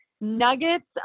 nuggets